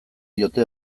diote